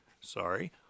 sorry